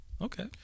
Okay